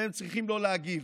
והם צריכים לא להגיב,